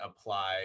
apply